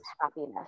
happiness